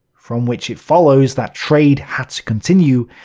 from which it follows that trade had to continue,